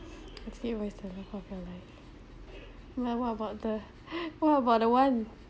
is he always the love of your life like what about the what about the one